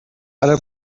برا